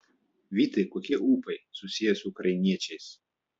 vytai kokie ūpai susiję su ukrainiečiais